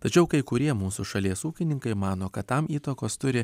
tačiau kai kurie mūsų šalies ūkininkai mano kad tam įtakos turi